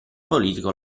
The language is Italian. politico